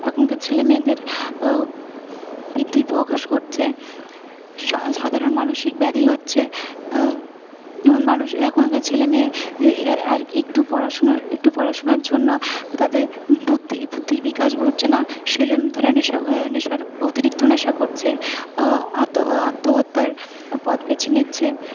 এখনকার ছেলে মেয়েদের বৃদ্ধি প্রকাশ করছে সাধারণ মানুষিক ব্যাধি হচ্ছে এবং মানুষ এখনকার ছেলে মেয়ে আর একটু পড়াশোনার একটু পড়াশোনার জন্য তাদের বুদ্ধি বুদ্ধির বিকাশ ঘটছে না সেইজন্য তারা নেশা নেশার অতিরিক্ত নেশা করছে আত্ম আত্মহত্যার পথ বেছে নিচ্ছে